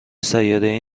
سیارهای